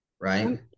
Right